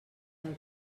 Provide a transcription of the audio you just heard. del